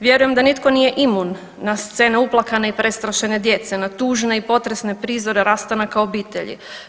Vjerujemo da nitko nije imun na scene uplakane i prestrašene djece, na tužne i potresne prizore rastanaka obitelji.